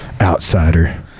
outsider